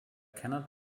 cannot